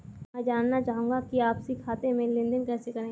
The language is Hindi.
मैं जानना चाहूँगा कि आपसी खाते में लेनदेन कैसे करें?